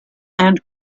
and